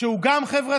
שהוא גם חברתי,